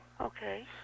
Okay